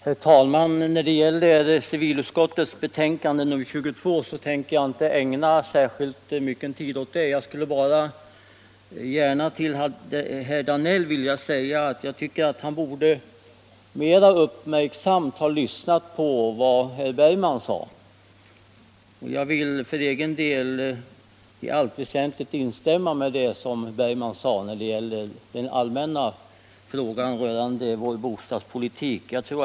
Herr talman! Jag tänker inte ägna särskilt mycket tid åt civilutskottets betänkande nr 22. Jag skulle bara till herr Danell vilja säga att han mera uppmärksamt borde ha lyssnat på vad herr Bergman i Göteborg anförde. Jag vill för egen del i allt väsentligt instämma i det som herr Bergman sade när det gäller vår bostadspolitik i stort.